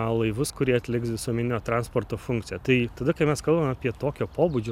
laivus kurie atliks visuomeninio transporto funkciją tai tada kai mes kalbam apie tokio pobūdžio